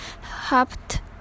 hopped